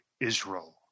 Israel